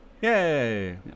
Yay